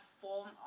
form